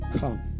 come